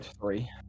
three